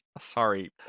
Sorry